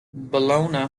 bellona